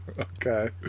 okay